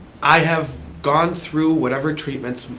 i have gone through whatever treatments,